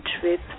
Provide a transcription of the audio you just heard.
trip